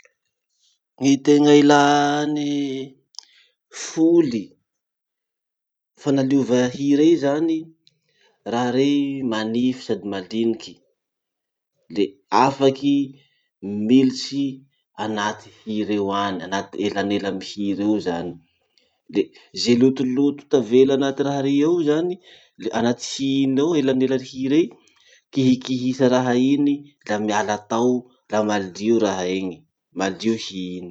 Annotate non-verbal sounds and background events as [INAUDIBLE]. Gny tena ilà ny foly [HESITATION] fanaliova hy reny zany. Raha rey manify sady maliniky, le afaky militsy anaty hy reo any, anaty elanela amy hy reo zany. De ze lotoloto tavela anaty raha rey ao zany, le- anaty hy iny ao, elanelan'ny hy rey, kihikihisa raha iny la miala tao la malio raha iny, malio hy iny.